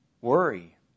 Worry